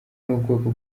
n’ubwoko